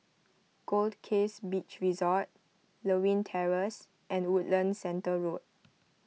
Goldkist Beach Resort Lewin Terrace and Woodlands Centre Road